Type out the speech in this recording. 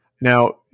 Now